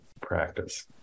practice